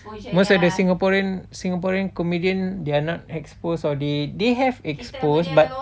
most of the singaporean singaporean comedian they are not exposed or they they have expose but